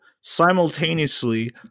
simultaneously